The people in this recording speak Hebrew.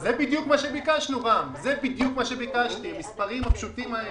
זה בדיוק מה שביקשתי, את המספרים הפשוטים האלה.